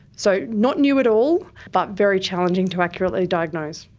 so, not new at all but very challenging to accurately diagnose.